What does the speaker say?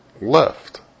left